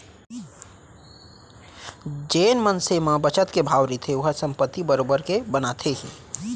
जेन मनसे के म बचत के भाव रहिथे ओहा संपत्ति बरोबर के बनाथे ही